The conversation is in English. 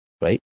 right